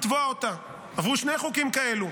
עברו שני חוקים כאלה.